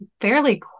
fairly